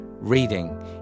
reading